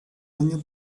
año